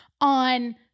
on